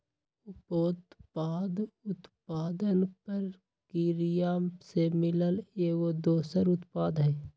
उपोत्पाद उत्पादन परकिरिया से मिलल एगो दोसर उत्पाद हई